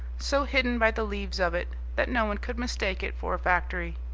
so hidden by the leaves of it, that no one could mistake it for a factory.